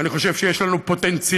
אני חושב שיש לנו פוטנציאל,